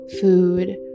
food